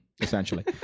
essentially